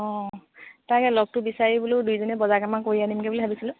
অঁ তাকে লগটো বিচাৰি বোলো দুইজনীয়ে বজাৰ কেইটামান কৰি আনিমগৈ বুলি ভাবিছিলোঁ